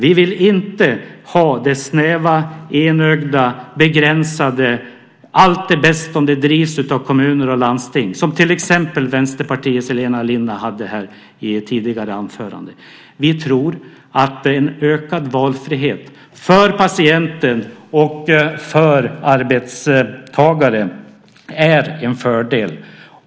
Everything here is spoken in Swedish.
Vi vill inte ha det snäva enögda begränsade tänkandet att allt är bäst när det drivs av kommuner och landsting, som till exempel Vänsterpartiets Elina Linna uttryckte i ett tidigare anförande. Vi tror att en ökad valfrihet för patienten och för arbetstagaren är en fördel.